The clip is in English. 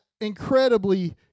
incredibly